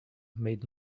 made